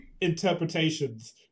interpretations